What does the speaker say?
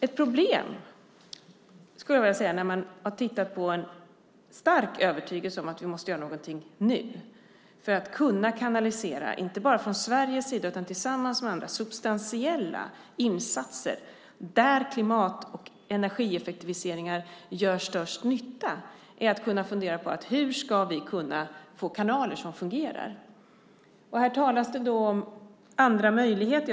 Ett problem när man har tittat på en stark övertygelse om att man måste göra någonting nu för att kunna kanalisera, inte bara från Sveriges sida utan tillsammans med andra substantiella insatser där klimat och energieffektiviseringar gör störst nytta, är att fundera på hur man ska kunna få kanaler som fungerar. Här talas det om andra möjligheter.